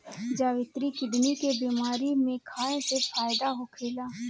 जावित्री किडनी के बेमारी में खाए से फायदा होखेला